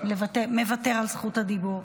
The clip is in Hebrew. מוותר על זכות הדיבור,